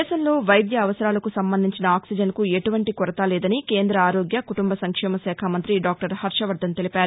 దేశంలో వైద్య అవసరాలకు సంబంధించిన ఆక్సిజన్కు ఎటువంటి కొరత లేదని కేంద్ర ఆరోగ్య కుటుంబ సంక్షేమ శాఖ మంతి డాక్టర్ హర్షవర్దన్ తెలిపారు